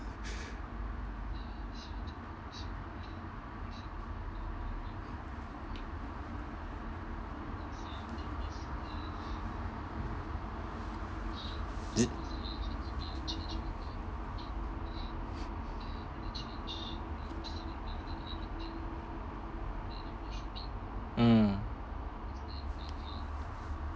is it mm